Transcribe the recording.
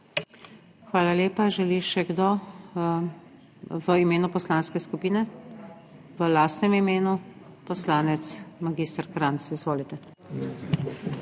Hvala lepa. Želi še kdo? V imenu poslanske skupine? V lastnem imenu, poslanec mag. Krajnc, izvolite.